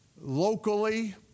locally